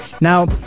Now